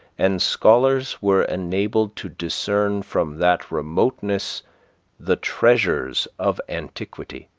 and scholars were enabled to discern from that remoteness the treasures of antiquity.